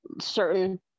certain